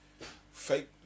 fake